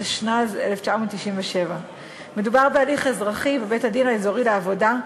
התשנ"ז 1997. מדובר בהליך אזרחי בבית-הדין האזורי לעבודה,